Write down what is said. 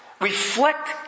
Reflect